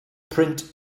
print